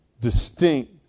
distinct